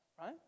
right